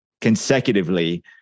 consecutively